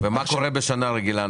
ומה קורה בשנה רגילה?